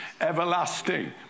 everlasting